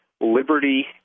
liberty